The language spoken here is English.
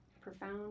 profound